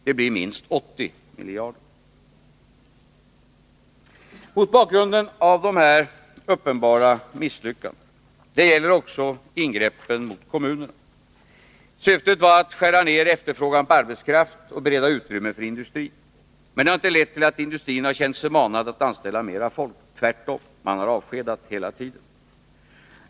Det blir minst 80 miljarder kronor. Ingreppen mot kommunerna hade till syfte att skära ner efterfrågan på arbetskraft och bereda utrymme för industrin. Men de har inte lett till att industrin har känt sig manad att anställa mera folk. Tvärtom, man har hela tiden avskedat folk.